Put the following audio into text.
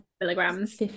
milligrams